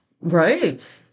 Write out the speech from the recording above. Right